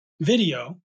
video